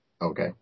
Okay